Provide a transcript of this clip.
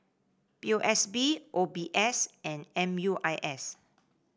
P O S B O B S and M U I S